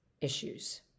issues